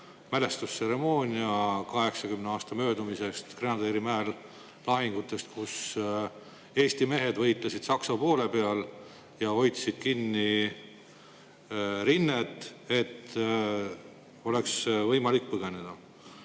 mälestustseremoonia 80 aasta möödumise puhul Grenaderimäe lahingutest, kus eesti mehed võitlesid Saksa poole peal ja hoidsid kinni rinnet, et oleks võimalik põgeneda.